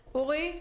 אורי,